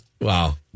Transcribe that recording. Wow